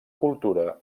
cultura